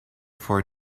for